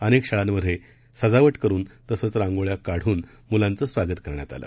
अनेकशाळांमध्येसजावटकरूनतसेचरांगोळ्याकाढूनमुलांचेस्वागतकरण्यातआलं